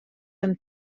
amb